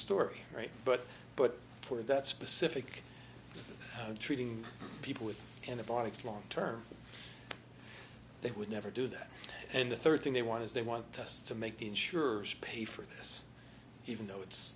story right but but for that specific treating people with antibiotics long term they would never do that and the third thing they want is they want us to make insurers pay for this even though it's